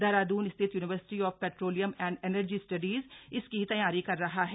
देहरादून स्थित University of Petroleum and Energy Studies इसकी तैयारी कर रहा है